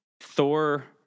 Thor